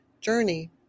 journey